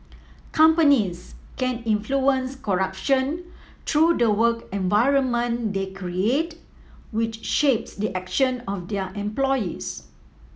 companies can influence corruption through the work environment they create which shapes the actions of their employees